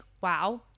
wow